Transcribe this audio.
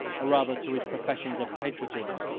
or rather to his professions of patriotism.